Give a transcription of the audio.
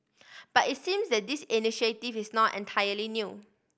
but it seems that this initiative is not entirely new